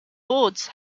boards